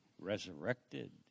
resurrected